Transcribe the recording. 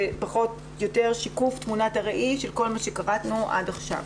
זה שיקוף תמונת הראי של כל מה שקראנו עד עכשיו.